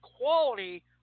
quality